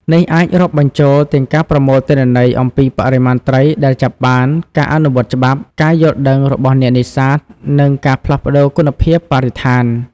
នេះអាចរាប់បញ្ចូលទាំងការប្រមូលទិន្នន័យអំពីបរិមាណត្រីដែលចាប់បាន ការអនុវត្តច្បាប់ ការយល់ដឹងរបស់អ្នកនេសាទ និងការផ្លាស់ប្តូរគុណភាពបរិស្ថាន។